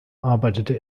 arbeitete